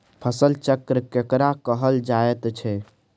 फसल चक्र केकरा कहल जायत छै?